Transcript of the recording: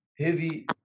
heavy